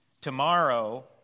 Tomorrow